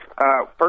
first